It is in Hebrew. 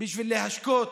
בשביל להשקות